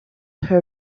her